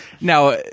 now